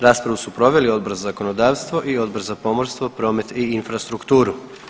Raspravu su proveli Odbor za zakonodavstvo i Odbor za pomorstvo, promet i infrastrukturu.